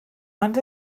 ond